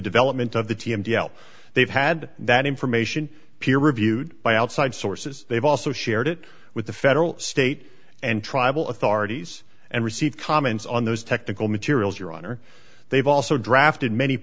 development of the t m d l they've had that information peer reviewed by outside sources they've also shared it with the federal state and tribal authorities and receive comments on those technical materials your honor they've also drafted many